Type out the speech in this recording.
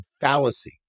fallacy